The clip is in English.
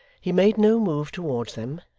he made no move towards them,